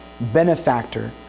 benefactor